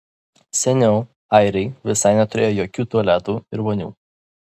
seniau airiai visai neturėjo jokių tualetų ir vonių